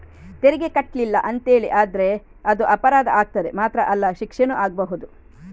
ತೆರಿಗೆ ಕಟ್ಲಿಲ್ಲ ಅಂತೇಳಿ ಆದ್ರೆ ಅದು ಅಪರಾಧ ಆಗ್ತದೆ ಮಾತ್ರ ಅಲ್ಲ ಶಿಕ್ಷೆನೂ ಆಗ್ಬಹುದು